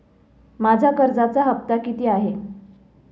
माझा कर्जाचा हफ्ता किती आहे?